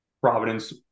Providence